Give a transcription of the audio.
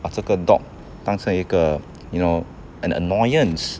把这个 dog 当成一个 you know an annoyance